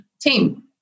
team